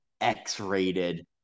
X-rated